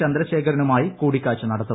ചന്ദ്രശേഖരനുമായി കൂടിക്കാഴ്ച നടത്തും